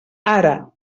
ara